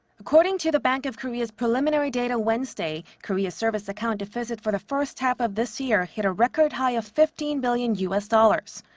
according to the bank of korea's preliminary data wednesday, korea's service account deficit for the first half of this year hit a record high of fifteen billion u s. dollars.